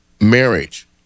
marriage